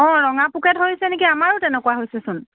অ ৰঙা পোকে ধৰিছে নেকি আমাৰো তেনেকুৱা হৈছেচোন